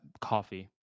coffee